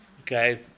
Okay